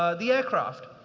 ah the aircraft.